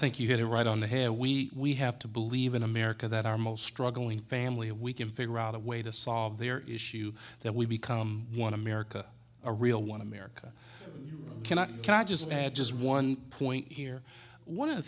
think you hit it right on the head we have to believe in america that our most struggling family if we can figure out a way to solve their issue that we become one america a real one america cannot can i just add just one point here one of the